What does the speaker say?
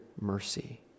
mercy